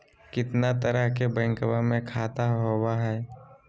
कितना तरह के बैंकवा में खाता होव हई?